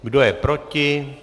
Kdo je proti?